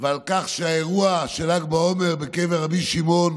ועל כך שהאירוע של ל"ג בעומר בקבר רבי שמעון